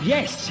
Yes